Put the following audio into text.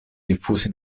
diffusi